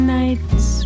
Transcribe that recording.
nights